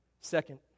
Second